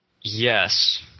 Yes